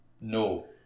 No